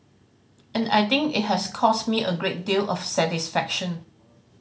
and I think it has caused me a great deal of satisfaction